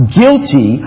guilty